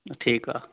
हा ठीकु आहे